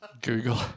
Google